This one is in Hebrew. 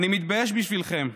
אני מתבייש בשבילכם.